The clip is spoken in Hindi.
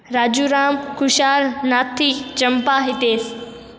राजू राम कुशाल नाती चम्पा हितेश